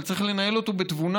אבל צריך לנהל אותו בתבונה,